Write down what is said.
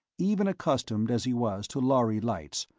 even accustomed, as he was, to lhari lights,